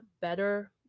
better